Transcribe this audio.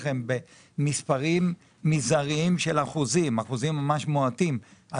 הם במספרים מזעריים של אחוזים מועטים,